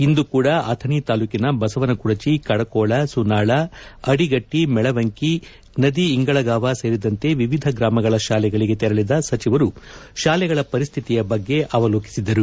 ಇಂದು ಕೂಡ ಅಥಣಿ ತಾಲೂಕಿನ ಬಸವನಕುದಚಿ ಕಡಕೋಳ ಸುನಾಳ ಅಡಿಗಟ್ಟಿ ಮೆಳವಂಕಿ ನದಿಇಂಗಳಗಾವ ಸೇರಿದಂತೆ ವಿವಿಧ ಗ್ರಾಮಗಳ ಶಾಲೆಗಳಿಗೆ ತೆರಳಿದ ಸಚಿವರು ಶಾಲೆಗಳ ಪರಿಸ್ವಿತಿಯ ಬಗ್ಗೆ ಅವಲೋಕಿಸಿದರು